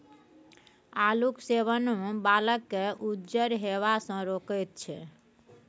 आलूक सेवन बालकेँ उज्जर हेबासँ रोकैत छै